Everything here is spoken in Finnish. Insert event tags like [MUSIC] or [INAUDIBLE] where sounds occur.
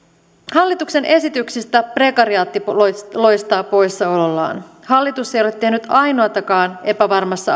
hallituksen esityksistä prekariaatti loistaa loistaa poissaolollaan hallitus ei ole tehnyt ainoatakaan epävarmassa [UNINTELLIGIBLE]